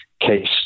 case